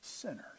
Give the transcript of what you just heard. sinners